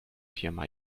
firma